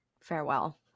farewell